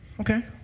Okay